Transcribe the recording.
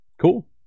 Cool